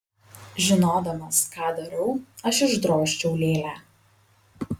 žinodamas ką darau aš išdrožčiau lėlę